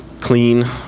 clean